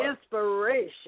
Inspiration